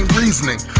reasoning